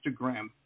Instagram